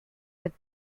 with